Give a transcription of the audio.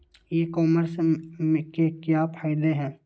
ई commerce के क्या फायदे हैं?